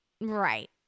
Right